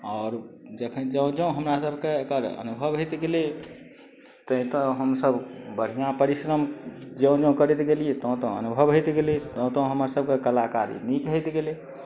आओर जखन जँ जँ हमरा सबके एकर अनुभव होइत गेलै तै तऽ हमसब बढ़िआँ परिश्रम जँ जँ करैत गेलियै तँ तँ अनुभव होइत गेलै तँ तँ हमर सबके कलाकारी नीक होइत गेलै